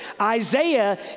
Isaiah